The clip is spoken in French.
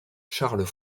charles